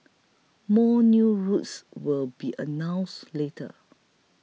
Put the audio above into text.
more new routes will be announced later